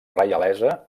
reialesa